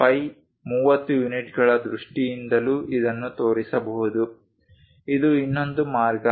five 30 ಯೂನಿಟ್ಗಳ ದೃಷ್ಟಿಯಿಂದಲೂ ಇದನ್ನು ತೋರಿಸಬಹುದು ಇದು ಇನ್ನೊಂದು ಮಾರ್ಗ